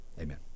Amen